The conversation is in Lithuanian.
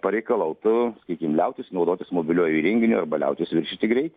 pareikalautų sakykim liautis naudotis mobiliuoju įrenginiu arba liautis viršyti greitį